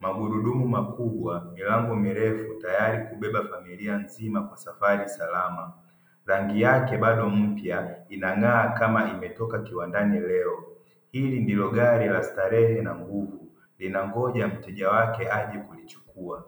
Magurudumu makubwa milango mirefu tayari kubeba familia nzima kwa safari salama. Rangi yake bado mpya inang'aa kama imetoka kiwandani leo. Hili ndio gari la starehe na linangoja mteja wake aje kulichukua.